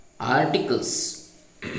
Articles